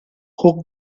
who